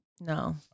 No